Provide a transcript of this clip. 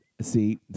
See